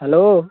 hello